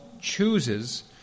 chooses